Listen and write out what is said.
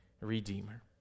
Redeemer